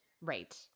Right